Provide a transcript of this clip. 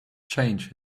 change